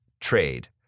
trade